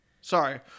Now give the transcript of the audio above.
Sorry